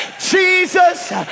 Jesus